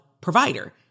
provider